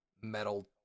metal